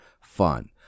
fun